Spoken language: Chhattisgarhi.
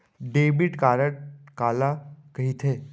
डेबिट कारड काला कहिथे?